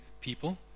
people